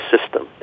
system